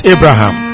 Abraham